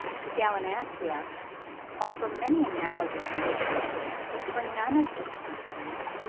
the gallinaceae offer many analogous cases for none of the species,